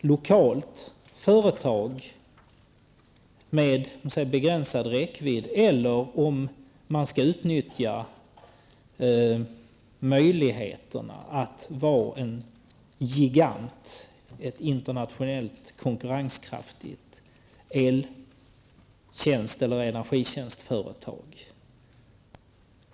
lokalt företag med begränsad räckvidd eller om Vattenfall skall utnyttja möjligheten att vara en gigant, ett internationellt konkurrenskraftigt energitjänstföretag.